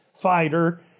fighter